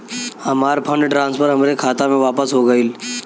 हमार fund transfer हमरे खाता मे वापस हो गईल